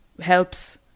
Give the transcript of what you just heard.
helps